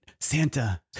Santa